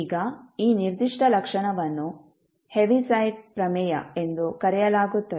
ಈಗ ಈ ನಿರ್ದಿಷ್ಟ ಲಕ್ಷಣವನ್ನು 'ಹೆವಿಸೈಡ್ ಪ್ರಮೇಯ' ಎಂದು ಕರೆಯಲಾಗುತ್ತದೆ